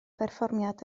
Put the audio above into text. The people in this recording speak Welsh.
berfformiad